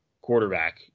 quarterback